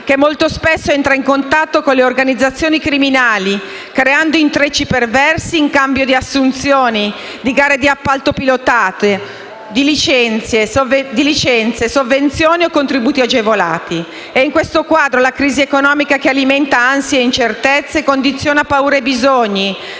che molto spesso entra in contatto con le organizzazioni criminali, creando intrecci perversi in cambio di assunzioni, di gare d'appalto pilotate, di licenze, sovvenzioni o contributi agevolati. In questo quadro, la crisi economica, che alimenta ansie e incertezze, condiziona paure e bisogni,